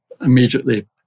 immediately